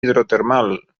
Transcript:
hidrotermal